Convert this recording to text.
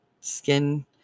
skin